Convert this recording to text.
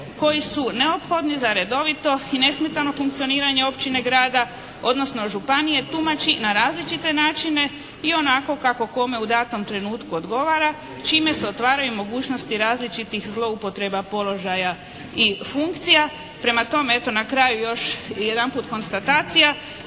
koji su neophodni za redovito i nesmetano funkcioniranje općine, grada odnosno županije tumači na različite načine i onako kako kome u datom trenutku odgovara čime se otvaraju mogućnosti različitih zloupotreba položaja i funkcija. Prema tome eto na kraju još jedanput konstatacija